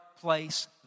place